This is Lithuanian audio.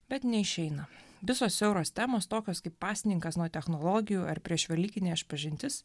bet neišeina visos siauros temos tokios kaip pasninkas nuo technologijų ar prieš velykinė išpažintis